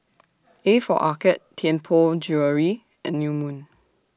A For Arcade Tianpo Jewellery and New Moon